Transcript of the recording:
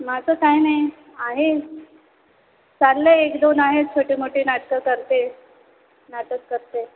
माझं काही नाही आहे चाललं आहे एक दोन आहेत छोटे मोठे नाटकं करते नाटक करते